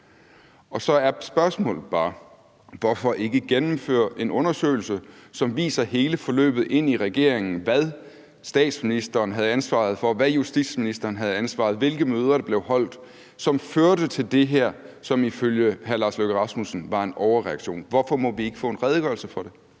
Så er spørgsmålet bare: Hvorfor ikke gennemføre en undersøgelse, som viser hele forløbet ind i regeringen – hvad statsministeren havde ansvaret for, hvad justitsministeren havde ansvaret for, hvilke møder der blev holdt, som førte til det her, som ifølge hr. Lars Løkke Rasmussen var en overreaktion? Hvorfor må vi ikke få en redegørelse for det?